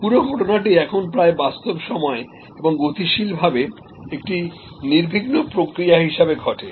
পুরো ঘটনাটি এখন প্রায় বাস্তব সময়ে এবং গতিশীলভাবে একটি নির্বিঘ্ন প্রক্রিয়া হিসাবে ঘটে